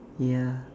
ya